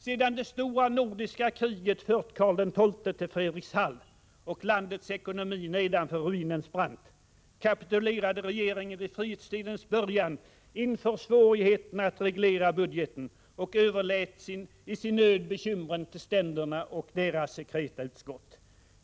Sedan det stora nordiska kriget fört Carl XII till Fredrikshald och landets ekonomi nedanför ruinens brant, kapitulerade regeringen vid frihetstidens början inför svårigheterna att reglera budgeten och överlät i sin nöd bekymren till ständerna och deras sekreta utskott.